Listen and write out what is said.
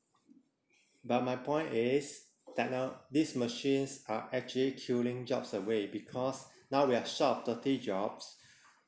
but my point is techno~ these machines are actually killing jobs away because now we are short of thirty jobs